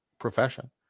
profession